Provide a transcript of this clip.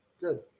good